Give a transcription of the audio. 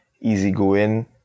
easygoing